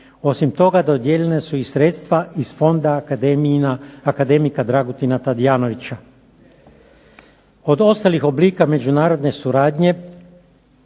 Osim toga, dodijeljena su i sredstva iz Fonda akademika Dragutina Tadijanovića. Od ostalih oblika međunarodne suradnje